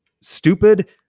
stupid